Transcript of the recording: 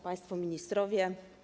Państwo Ministrowie!